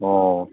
ꯑꯣ